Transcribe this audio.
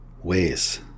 ways